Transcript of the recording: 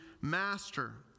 Master